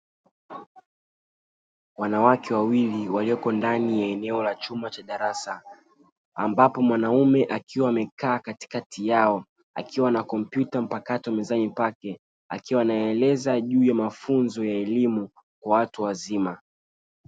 Wanawake wawili walioko ndani ya eneo la chumba cha darasa, ambapo mwanaume akiwa amekaa katikati yao akiwa na kompyuta mpakato mezani pake. Akiwa anaeleza juu ya mafunzo ya elimu kwa watu wazima.